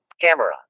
Camera